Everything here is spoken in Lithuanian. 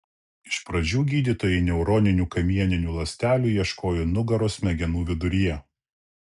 iš pradžių gydytojai neuroninių kamieninių ląstelių ieškojo nugaros smegenų viduryje